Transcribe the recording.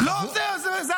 לא, זה הנוהל.